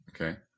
okay